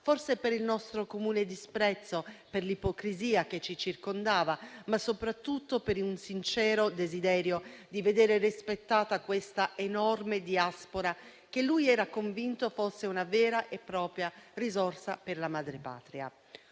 forse per il nostro comune disprezzo per l'ipocrisia che ci circondava, ma soprattutto per un sincero desiderio di vedere rispettata l'enorme diaspora, che lui era convinto fosse una vera e propria risorsa per la madrepatria.